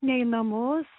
ne į namus